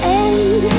end